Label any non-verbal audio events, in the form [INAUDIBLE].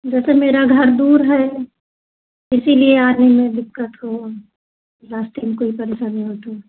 जैसे मेरा घर दूर है इसलिए आने में दिक्कत हो रास्ते में कोई [UNINTELLIGIBLE] हो तो